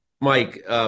Mike